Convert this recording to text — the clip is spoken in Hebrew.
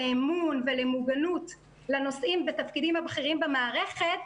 לאמון ולמוגנות לנושאים בתפקידים הבכירים במערכת,